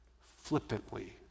flippantly